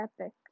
epic